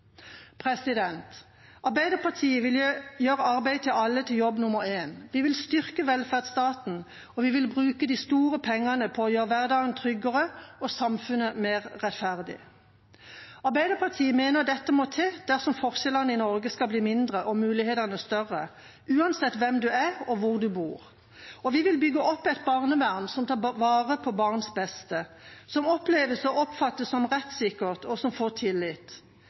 Arbeiderpartiet vil gjøre arbeid til alle til jobb nummer én. Vi vil styrke velferdsstaten, og vi vil bruke de store pengene på å gjøre hverdagen tryggere og samfunnet mer rettferdig. Arbeiderpartiet mener dette må til dersom forskjellene i Norge skal bli mindre og mulighetene større – uansett hvem du er, og hvor du bor. Vi vil bygge opp et barnevern som tar vare på barns beste, som oppleves og oppfattes som rettssikkert, og som får tillit.